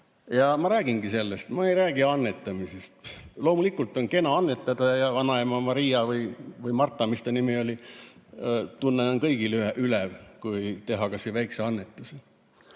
Ma räägingi sellest, ma ei räägi annetamisest. Loomulikult on kena annetada ja vanaema Maria või Marta, mis ta nimi oli, tunne on kõigil ülev, kui teha kas või väikesi annetusi.